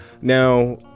Now